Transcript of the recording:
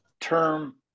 term